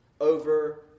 over